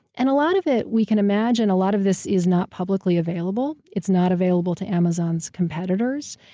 and a lot of it, we can imagine a lot of this is not publicly available. it's not available to amazon's competitors,